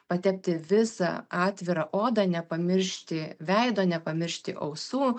patepti visą atvirą odą nepamiršti veido nepamiršti ausų